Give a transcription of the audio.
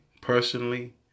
personally